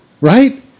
right